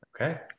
Okay